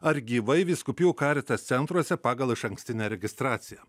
ar gyvai vyskupijų karitas centruose pagal išankstinę registraciją